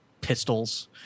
pistols